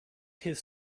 his